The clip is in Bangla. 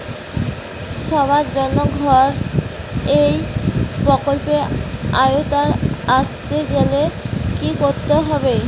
সবার জন্য ঘর এই প্রকল্পের আওতায় আসতে গেলে কি করতে হবে?